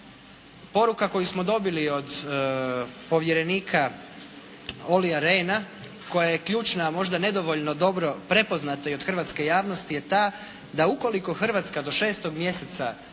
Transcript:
Poruka, koju smo dobili od povjerenika Olia Reina, koja je ključna, ali možda nedovoljno dobro prepoznata i od hrvatske javnosti je ta, da ukoliko Hrvatska do 6. mjeseca